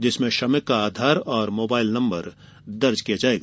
जिसमें श्रमिक का आधार और मोबाइल नंबर दर्ज किया जायेगा